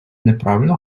неправильно